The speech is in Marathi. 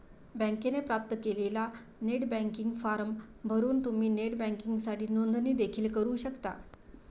बँकेने प्राप्त केलेला नेट बँकिंग फॉर्म भरून तुम्ही नेट बँकिंगसाठी नोंदणी देखील करू शकता